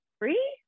free